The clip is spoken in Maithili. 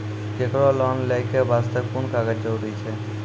केकरो लोन लै के बास्ते कुन कागज जरूरी छै?